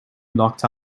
knocked